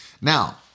Now